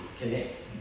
connect